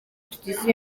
tugize